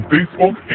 Facebook